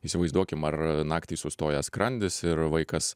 įsivaizduokim ar naktį sustoja skrandis ir vaikas